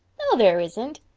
no, there isn't.